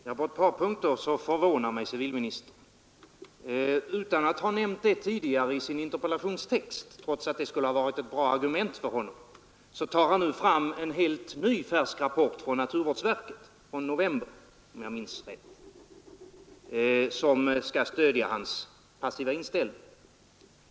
Herr talman! På ett par punkter förvånar mig civilministern. Utan att ha nämnt det tidigare i sin interpellationstext — trots att detta skulle varit ett bra argument för honom — tar han nu fram en helt färsk rapport från naturvårdsverket, som skall stödja hans passiva inställning.